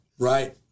Right